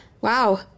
Wow